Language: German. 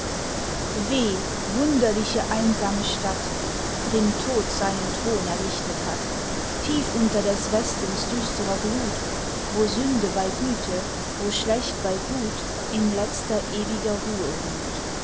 weh wunderliche einsame stadt drin tod seinen thron errichtet hat tief unter des westens düsterer glut wo sünde bei güte wo schlecht bei gut in letzter ewiger ruhe ruht